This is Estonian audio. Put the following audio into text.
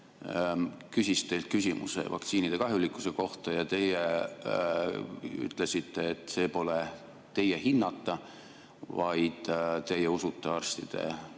küsis teilt küsimuse vaktsiinide kahjulikkuse kohta. Teie ütlesite, et see pole teie hinnata, vaid teie usute arstide